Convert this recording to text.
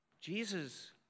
Jesus